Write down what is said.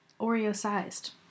Oreo-sized